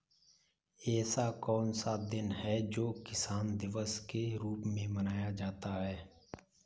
ऐसा कौन सा दिन है जो किसान दिवस के रूप में मनाया जाता है?